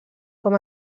com